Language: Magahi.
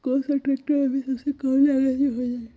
कौन सा ट्रैक्टर अभी सबसे कम लागत में हो जाइ?